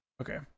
Okay